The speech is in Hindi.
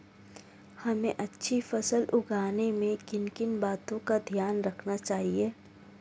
हमें अच्छी फसल उगाने में किन किन बातों का ध्यान रखना चाहिए?